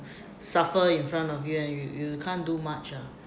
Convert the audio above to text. suffer in front of you and you you can't do much lah